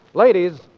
Ladies